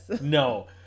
No